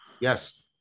Yes